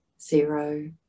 zero